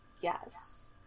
Yes